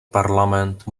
parlament